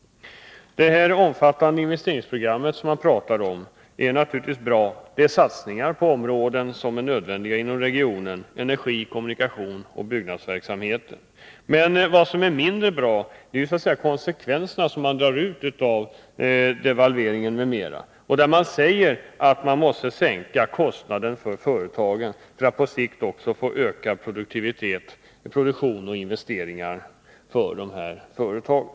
Det omfattande investeringsprogram man pratar om är naturligtvis bra. Det innebär satsningar på områden inom regionen som det är nödvändigt att satsa på: energi, kommunikation och byggnadsverksamhet. Men vad som är mindre bra är de konsekvenser man drar av devalveringen m.m. Man säger att man måste sänka kostnaderna för företagen för att på sikt få till stånd ökad produktion och investeringar i dessa företag.